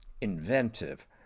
inventive